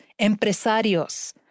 empresarios